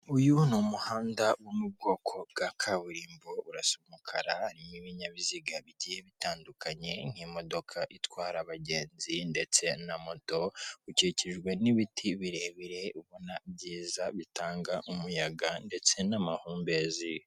Uyu n'umuhanda wo m'ubwoko bwa kaburimbo urasa umukara n'ibinyabiziga bigiye bitandukanye nk'imodoka itwara abagenzi ndetse na moto, ukikijwe n'ibiti birebire ubona byiza bitanga umuyaga ndetse n'amahumbezi.